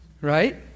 Right